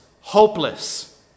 hopeless